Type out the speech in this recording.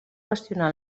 qüestionar